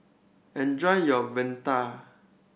enjoy your vadai